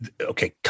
Okay